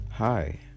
Hi